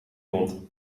mond